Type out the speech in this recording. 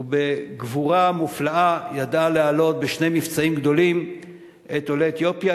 ובגבורה מופלאה ידעה להעלות בשני מבצעים גדולים את עולי אתיופיה,